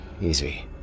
Easy